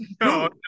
no